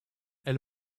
elle